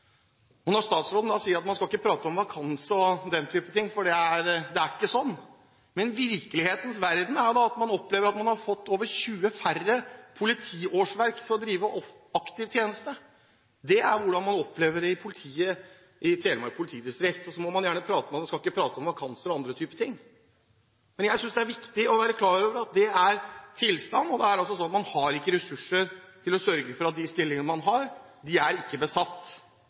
Statsråden sier at man skal ikke prate om vakanser og den type ting, for det er ikke sånn. Virkelighetens verden er at man har fått over 20 færre politiårsverk til å drive aktiv tjeneste. Det er slik politiet opplever det i Telemark politidistrikt. Så skal man ikke prate om vakanser og andre ting, men jeg synes det er viktig å være klar over at det er tilstanden, og at man ikke har ressurser til å sørge for at de stillingene man har, blir besatt. Det er resultatet. Som sagt: Man skryter av at man har økt budsjettet med 4,5 pst., men hvis det var underbudsjettert i utgangspunktet, hjelper jo ikke